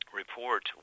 report